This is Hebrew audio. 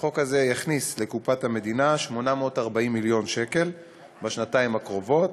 שהחוק הזה יכניס לקופת המדינה 840 מיליון שקל בשנתיים הקרובות.